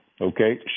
okay